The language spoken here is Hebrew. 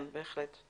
בסדר.